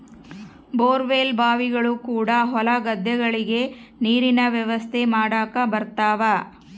bore well ಬಾವಿಗಳು ಕೂಡ ಹೊಲ ಗದ್ದೆಗಳಿಗೆ ನೀರಿನ ವ್ಯವಸ್ಥೆ ಮಾಡಕ ಬರುತವ